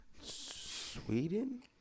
Sweden